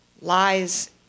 lies